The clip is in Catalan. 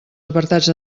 apartats